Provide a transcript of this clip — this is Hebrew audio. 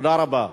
תודה רבה.